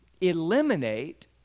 eliminate